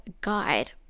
guide